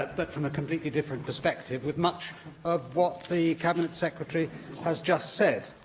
but from a completely different perspective, with much of what the cabinet secretary has just said.